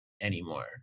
anymore